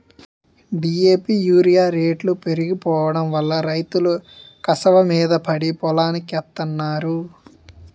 DAP urea రేట్లు పెరిగిపోడంవల్ల రైతులు కసవమీద పడి పొలానికెత్తన్నారు